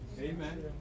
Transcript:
Amen